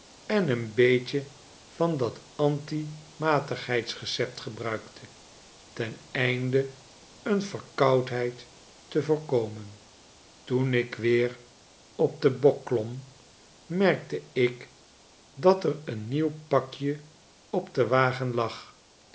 en een beetje van dat anti matigheids receptgebruikte ten einde een verkoudheid te voorkomen toen ik weer op den bok klom merkte ik dat er een nieuw pakje op den wagen lag